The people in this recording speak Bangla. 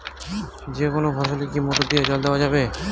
যেকোনো ফসলে কি মোটর দিয়া জল দেওয়া যাবে?